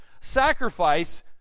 sacrifice